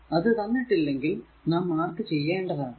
അത് തന്നിട്ടില്ലെങ്കിൽ നാം മാർക്ക് ചെയ്യേണ്ടതാകുന്നു